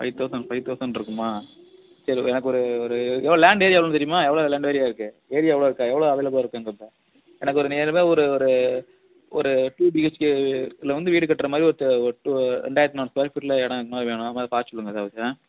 five thousand five தௌசண்ட்டுருக்குமா சரி எனக்கு ஒரு ஒரு எவ்வளோ லேண்டு ஏரியா எவ்வளோன்னு தெரியுமா எவ்வளோ லேண்ட் ஏரியா இருக்கு ஏரியா எவ்வளோ இருக்கு எவ்வளோ அவைலபிளாக இருக்கு அந்த இடத்துல எனக்கு ஒரு நியர் பை ஒரு ஒரு ஒரு டூ டிஹச்கேவில வந்து வீடு கட்றமாதிரி ஒரு ஒரு டூ ரெண்டாயிரத்து நானூறு ஸ்கொயர் ஃபீட்டில இடம் இருக்குறமாதிரி வேணும் அதுமாதிரி பார்த்து சொல்லுங்கள் எதாவது ஆ